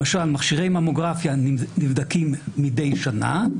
למשל ממכשירי ממוגרפיה נבדקים מדי שנה,